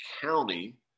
county